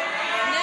45,